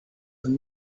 and